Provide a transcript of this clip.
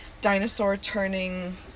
dinosaur-turning